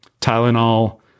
tylenol